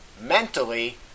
mentally